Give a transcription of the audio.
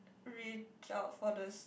reach out for the